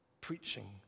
preaching